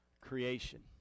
creation